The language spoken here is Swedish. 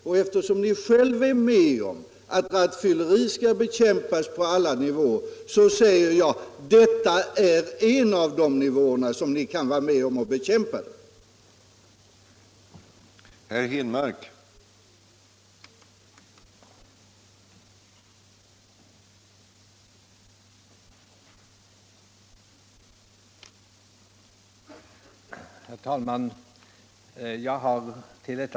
Och eftersom ni själv håller med om att rattfylleri skall bekämpas på alla nivåer, säger jag: Detta är en av de nivåer där ni kan vara med om att bekämpa alkoholförtäring i samband med bilkörning.